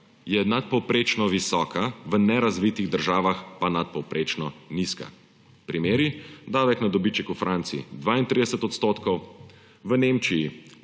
je nadpovprečno visoka, v nerazvitih državah pa nadpovprečno nizka. Primeri: davek na dobiček v Franciji 32 %, v Nemčiji